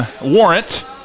Warrant